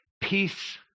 peace